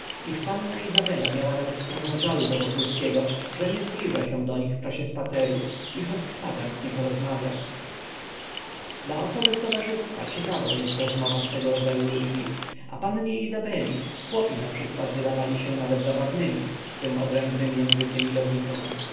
iż panna izabela miała nawet trochę żalu do wokulskiego że nie zbliża się do nich w czasie spaceru i choć z kwadrans nie porozmawia dla osoby z towarzystwa ciekawą jest rozmowa z tego rodzaju ludźmi a pannie izabeli chłopi naprzykład wydawali się nawet zabawnymi swym odrębnym językiem i logiką